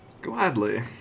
Gladly